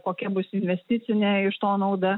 kokia bus investicinė iš to nauda